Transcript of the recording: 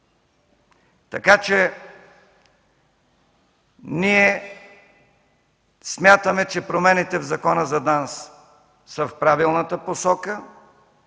Така че ние смятаме, че промените в Закона за ДАНС са в правилната посока.